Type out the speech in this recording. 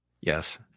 yes